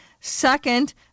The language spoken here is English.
second